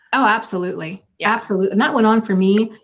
oh, absolutely. yeah, absolutely and that went on for me,